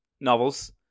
novels